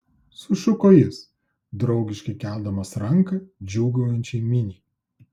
sušuko jis draugiškai keldamas ranką džiūgaujančiai miniai